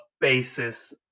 basis